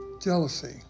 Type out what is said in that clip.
Jealousy